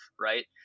right